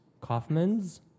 Kaufman's